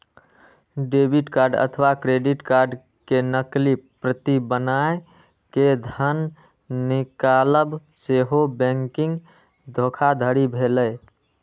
debit card अथवा credit card के नकली प्रति बनाय कें धन निकालब सेहो बैंकिंग धोखाधड़ी भेलै